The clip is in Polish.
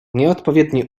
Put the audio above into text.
nieodpowiedni